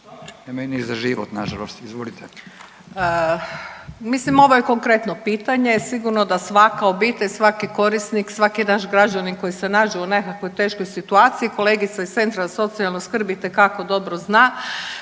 **Murganić, Nada (HDZ)** Mislim ovo je konkretno pitanje, sigurno da svaka obitelj, svaki korisnik, svaki naš građanin koji se nađe u nekakvoj teškoj situaciji, kolegica iz centra za socijalnu skrb itekako dobro zna,